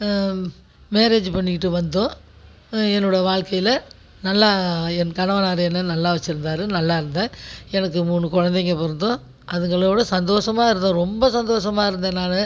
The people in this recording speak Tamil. மேரேஜ் பண்ணிகிட்டு வந்தும் என்னோட வாழ்க்கையில் நல்லா என் கணவனார் என்னை நல்லா வச்சுருந்தாரு நல்லாயிருந்தேன் எனக்கு மூணு குழந்தைங்க பிறந்தும் அதுங்களோடு சந்தோசமாக இருந்தேன் ரொம்ப சந்தோசமாக இருந்தேன் நான்